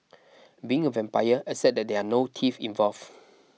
being a vampire except that there are no teeth involved